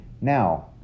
Now